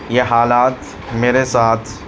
یہ حالات میرے ساتھ